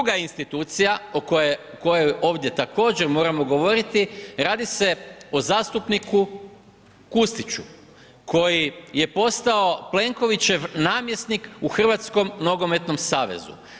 Druga institucija o kojoj ovdje također moramo govoriti, radi se o zastupniku Kustiću koji je postao Plenkovićev namjesnik u Hrvatskom nogometnom savezu.